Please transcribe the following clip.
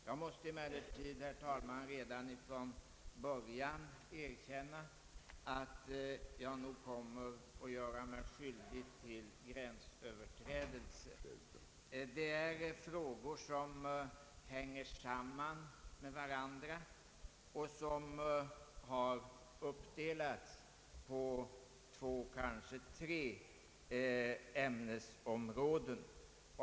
Jag måste emellertid, herr talman, redan från början erkänna att jag kommer att göra mig skyldig till gränsöverträdelser. De frågor som jag ämnar ta upp hänger samman med varandra och berör två, kanske tre olika ämnesområden.